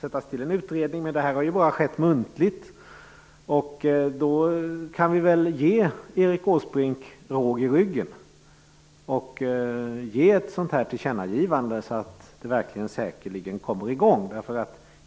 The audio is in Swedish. att en utredning skall tillsättas, men det har ju bara skett muntligt. Kan vi då inte ge Erik Åsbrink råg i ryggen och ge ett sådant här tillkännagivande, så att det verkligen kommer i gång?